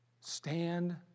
Stand